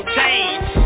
change